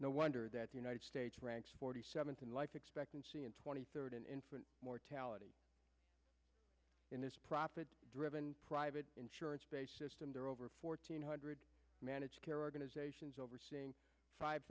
no wonder that the united states ranks forty seventh in life expectancy and twenty third in infant mortality in this profit driven private insurance system there are over fourteen hundred managed care organizations overseeing five